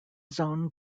zone